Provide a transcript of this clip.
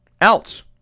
else